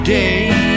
day